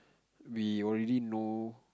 we already know